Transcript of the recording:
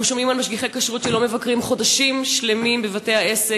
אנחנו שומעים על משגיחי כשרות שלא מבקרים חודשים שלמים בבתי-העסק.